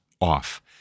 off